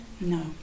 No